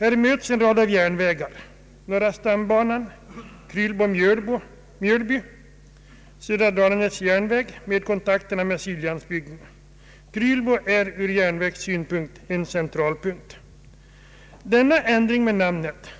Här möts en rad järnvägar — norra stambanan, Krylbo—Mjölby, södra Dalarnas järnväg med kontakterna med Siljansbygden. Krylbo är från järnvägssynpunkt en centralort. Denna ändring av namnet